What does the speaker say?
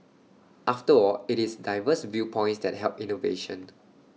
after all IT is diverse viewpoints that help innovation